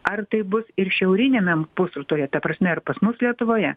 ar tai bus ir šiauriniamem pusrutulyje ta prasme ar pas mus lietuvoje